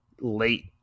late